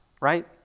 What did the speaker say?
right